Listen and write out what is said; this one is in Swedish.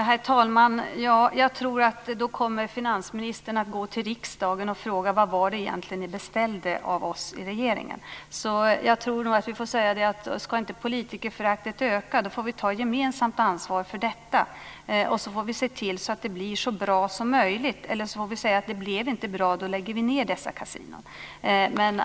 Herr talman! Jag tror att finansministern då kommer att gå till riksdagen och fråga vad det egentligen var som riksdagen beställde av regeringen. Vi får nog säga att om politikerföraktet inte ska öka får vi ta gemensamt ansvar för detta, och vi får se till att det blir så bra som möjligt. Eller också får vi säga att det inte blev bra, och då lägger vi ned dessa kasinon.